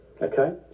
Okay